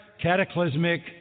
cataclysmic